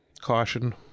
caution